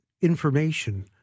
information